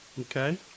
Okay